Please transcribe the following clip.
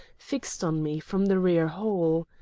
fixed on me from the rear hall.